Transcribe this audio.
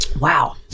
wow